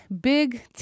big